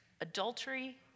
adultery